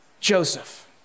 Joseph